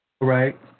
right